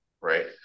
right